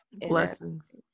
Blessings